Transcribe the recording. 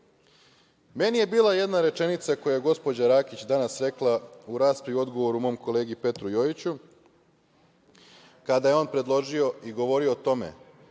je bila jedna rečenica koju je gospođa Rakić danas rekla u raspravi u odgovoru mom kolegi Petru Jojiću, kada je on predložio i govorio o tome